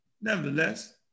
nevertheless